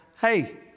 Hey